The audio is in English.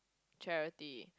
charity